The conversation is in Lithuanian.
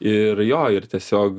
ir jo ir tiesiog